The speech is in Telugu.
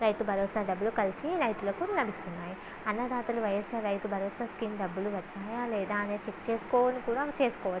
రైతు భరోసా డబ్బులు కలిసి రైతులకు లభిస్తున్నాయి అన్నదాతలు వైఎస్ఆర్ రైతు భరోసా స్కీం డబ్బులు వచ్చాయా లేదా అనేది చెక్ చేసుకోను కూడా చేసుకోవచ్చు